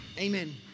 Amen